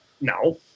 No